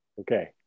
Okay